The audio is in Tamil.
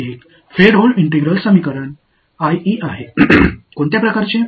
எனவே இது ஒரு ஃப்ரெட்ஹோம் ஒருங்கிணைந்த சமன்பாடு IE இன் எந்த வகை